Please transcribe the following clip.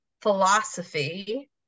philosophy